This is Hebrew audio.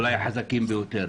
אולי רק החזקים ביותר.